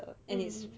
mm mm